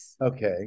okay